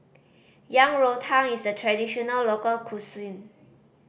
Yang Rou Tang is a traditional local cuisine